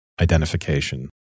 identification